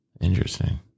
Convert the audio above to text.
Interesting